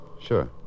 sure